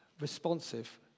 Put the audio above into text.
responsive